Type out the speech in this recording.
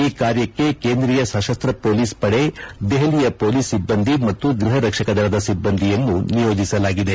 ಈ ಕಾರ್ಯಕ್ಕೆ ಕೇಂದ್ರೀಯ ಸಶಸ್ತ ಮೊಲೀಸ್ ಪಡೆ ದೆಹಲಿಯ ಪೊಲೀಸ್ ಸಿಬ್ಲಂದಿ ಮತ್ತು ಗೃಹ ರಕ್ಷಕ ದಳದ ಸಿಬ್ಬಂದಿಯನ್ನು ನಿಯೋಜಿಸಲಾಗಿದೆ